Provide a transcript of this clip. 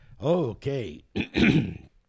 Okay